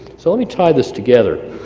so let me tie this together.